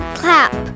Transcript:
clap